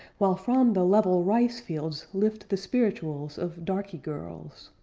while from the level rice fields lift the spiritu'ls of darky girls.